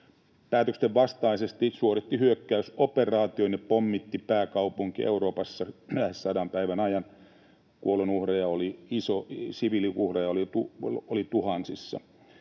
päätösten vastaisesti suoritti hyökkäysoperaation ja pommitti pääkaupunkia Euroopassa lähes sadan päivän ajan. Kuolonuhreja oli iso määrä, siviiliuhrit tuhansissa.